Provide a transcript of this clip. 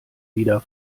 wieder